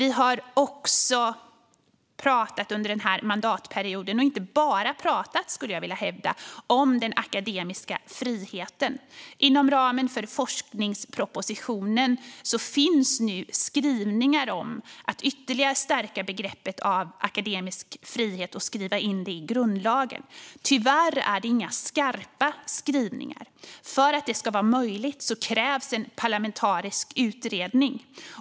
Vi har under den här mandatperioden också pratat, och inte bara pratat skulle jag vilja hävda, om den akademiska friheten. I forskningspropositionen finns nu skrivningar om att ytterligare stärka begreppet akademisk frihet och att skriva in det i grundlagen. Tyvärr är det inga skarpa skrivningar. För att detta ska vara möjligt krävs en parlamentarisk utredning.